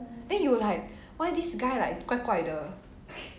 then you will like why this guy like 怪怪的